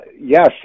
Yes